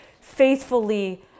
faithfully